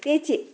ತೇಚಿ